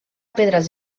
pedres